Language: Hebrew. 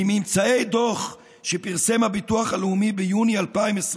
ממצאי דוח שפרסם הביטוח הלאומי ביוני 2021